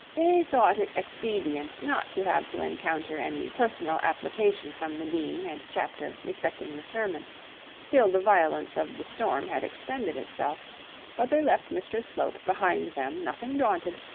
they thought it expedient not to have to encounter any personal applications from the dean and chapter respecting the sermon till the violence of the storm had expended itself but they left mr slope behind them nothing daunted,